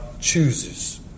chooses